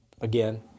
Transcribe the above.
again